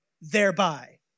thereby